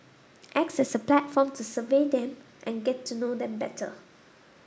acts as a platform to survey them and get to know them better